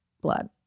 blood